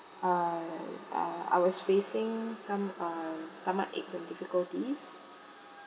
uh uh I was facing some uh stomachaches and difficulties